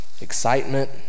excitement